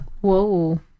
Whoa